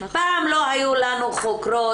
פעם לא היו לנו חוקרות,